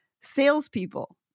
salespeople